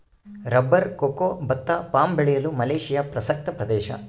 rubber cocoa ಭತ್ತ palm ಬೆಳೆಯಲು Malaysia ಪ್ರಸಕ್ತ ಪ್ರದೇಶ